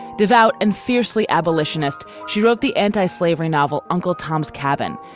devout and fiercely abolitionist, she wrote the anti-slavery novel uncle tom's cabin,